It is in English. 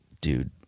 Dude